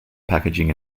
packaging